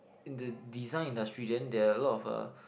in the design industry then there are a lot of uh